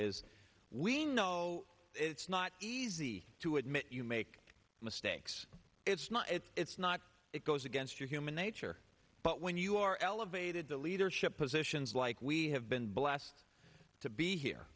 is we know it's not easy to admit you make mistakes it's not it's it's not it goes against your human nature but when you are elevated to leadership positions like we have been blessed to be here